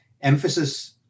emphasis